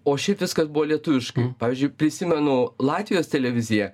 o šiaip viskas buvo lietuviškai pavyzdžiui prisimenu latvijos televiziją